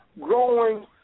growing